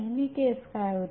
पहिली केस काय होती